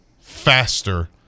faster